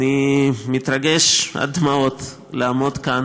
אני מתרגש עד דמעות לעמוד כאן